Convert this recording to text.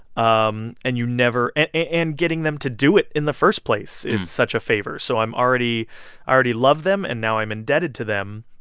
um and you never and getting them to do it in the first place is such a favor. so i'm already i already love them and now i'm indebted to them.